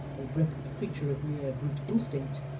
and grip a creature of mere brute instinct,